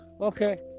Okay